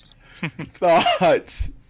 thoughts